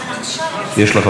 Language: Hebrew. בסם אללה א-רחמאן א-רחים.